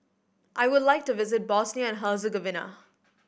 I would like to visit Bosnia and Herzegovina